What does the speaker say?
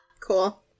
Cool